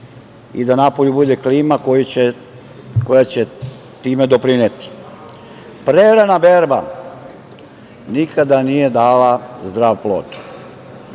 i da napolju bude klima koja će tome doprineti. Prerana berba nikada nije dala zdrav plod. Dame